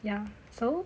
ya so